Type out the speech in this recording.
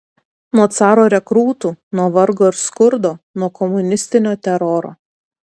nuo caro rekrūtų nuo vargo ir skurdo nuo komunistinio teroro